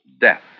Death